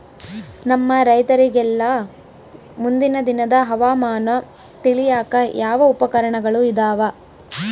ನಮ್ಮ ರೈತರಿಗೆಲ್ಲಾ ಮುಂದಿನ ದಿನದ ಹವಾಮಾನ ತಿಳಿಯಾಕ ಯಾವ ಉಪಕರಣಗಳು ಇದಾವ?